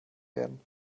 werden